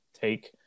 take